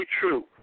true